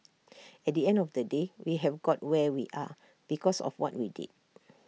at the end of the day we have got where we are because of what we did